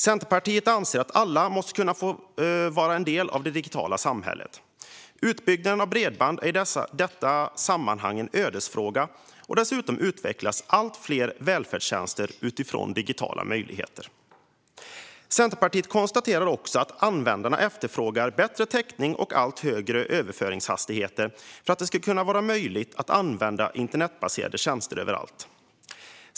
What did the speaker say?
Centerpartiet anser att alla måste kunna få vara en del av det digitala samhället. Utbyggnaden av bredband är i detta sammanhang en ödesfråga, och dessutom utvecklas allt fler välfärdstjänster utifrån digitala möjligheter. Centerpartiet konstaterar också att användarna efterfrågar bättre täckning och allt högre överföringshastigheter för att göra det möjligt att använda internetbaserade tjänster överallt.